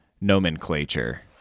nomenclature